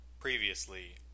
Previously